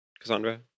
Cassandra